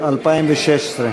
לשנת